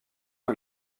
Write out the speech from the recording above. est